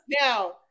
Now